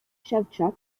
szewczuk